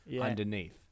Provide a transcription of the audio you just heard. underneath